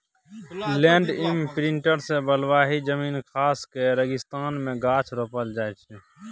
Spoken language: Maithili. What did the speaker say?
लैंड इमप्रिंटर सँ बलुआही जमीन खास कए रेगिस्तान मे गाछ रोपल जाइ छै